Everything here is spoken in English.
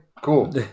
cool